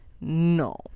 No